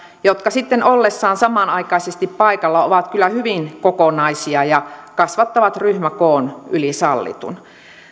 jotka sitten ollessaan samanaikaisesti paikalla ovat kyllä hyvin kokonaisia ja kasvattavat ryhmäkoon yli sallitun